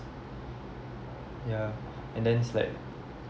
yeah and then it's like